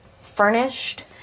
furnished